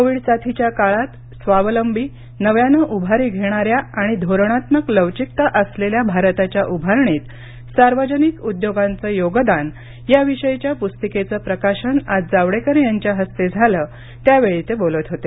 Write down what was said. Covid साथीच्या काळात स्वावलंबी नव्यानं उभारी घेणाऱ्या आणि धोरणात्मक लवचिकता असलेल्या भारताच्या उभारणीत सार्वजनिक उद्योगांचं योगदान याविषयीच्या पुस्तिकेचं प्रकाशन आज जावडेकर यांच्या हस्ते झालं त्यावेळी ते बोलत होते